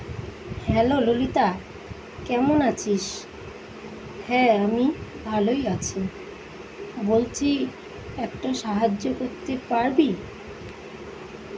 hello Lalita কেমন আছিস হ্যাঁ আমি ভালোই আছি বলছি একটা সাহায্য করতে পারবি